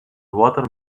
water